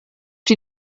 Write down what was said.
die